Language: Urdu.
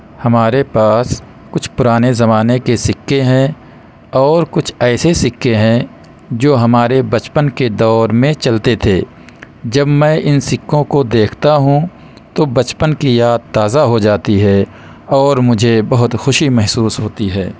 ہمارے پاس کچھ پرانے زمانے کے سکّے ہیں اور کچھ ایسے سکّے ہیں جو ہمارے بچپن کے دور میں چلتے تھے جب میں ان سکّوں کو دیکھتا ہوں تو بچپن کی یاد تازہ ہو جاتی ہے اور مجھے بہت خوشی محسوس ہوتی ہے